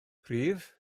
prif